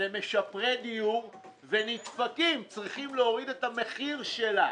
למשפריי דיור ונדפקים כי צריכים להוריד את המחיר שלה.